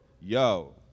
Yo